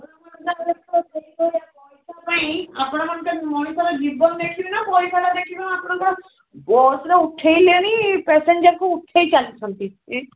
ପଇସା ପାଇଁ ଆପଣ ମାନେ ତ ମଣିଷମାନଙ୍କ ର ଜୀବନ ନେଇଯିବେ ନା ପଇସାଟା ଦେଖିବ ଆପଣଙ୍କ ବସ୍ରେ ଉଠେଇଲେଣି ପ୍ୟାସେଞ୍ଜରକୁ ଉଠେଇ ଚାଲିଛନ୍ତି